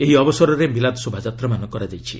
ଏହି ଅବସରରେ ମିଲାଦ୍ ଶୋଭାଯାତ୍ରାମାନ କରାଯାଇଛି